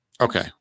okay